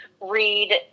read